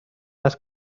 است